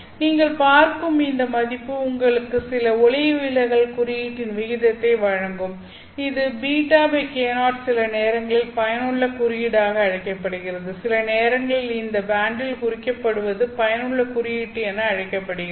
நீங்கள் பார்க்கும் இந்த மதிப்பு உங்களுக்கு சில ஒளிவிலகல் குறியீட்டின் விகிதத்தை வழங்கும் இந்த β k0 சில நேரங்களில் பயனுள்ள குறியீடாக அழைக்கப்படுகிறது சில நேரங்களில் இந்த பேண்டில் குறிக்கப்படுவது பயனுள்ள குறியீட்டு என அழைக்கப்படுகிறது